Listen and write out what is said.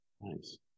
nice